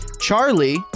Charlie